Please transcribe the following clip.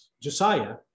Josiah